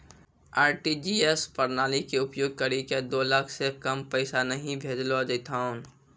RTGS प्रणाली के उपयोग करि के दो लाख से कम पैसा नहि भेजलो जेथौन